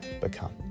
become